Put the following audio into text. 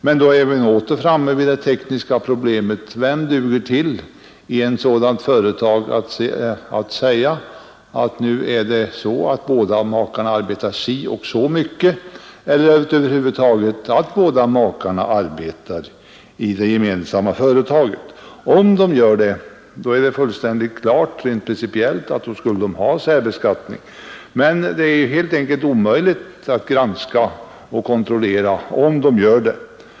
Men då är vi åter framme vid det tekniska problemet att kunna fastställa hur mycket respektive make arbetar eller att över huvud taget båda arbetar i det gemensamma företaget. Om de gör det vore det rent principiellt motiverat med särbeskattning. Men det är helt enkelt omöjligt att kontrollera den saken.